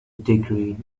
degree